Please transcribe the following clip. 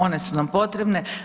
One su nam potrebne.